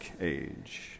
age